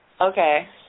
Okay